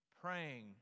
Praying